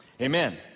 Amen